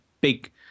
big